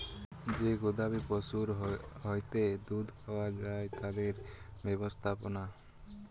যে গবাদি পশুর হইতে দুধ পাওয়া যায় তাদের ব্যবস্থাপনা